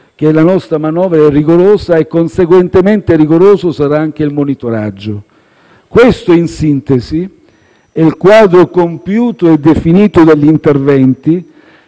che la nostra manovra è rigorosa e conseguentemente rigoroso sarà anche il monitoraggio. Questo, in sintesi, è il quadro compiuto e definito degli interventi